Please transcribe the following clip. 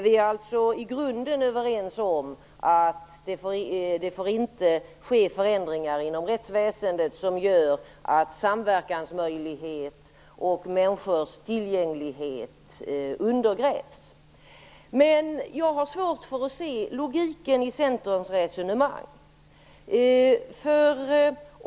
Vi är alltså i grunden överens om att det inte får ske förändringar i rättsväsendet som gör att samverkansmöjlighet och människors tillgänglighet till systemet undergrävs. Men jag har svårt att se logiken i centerns resonemang.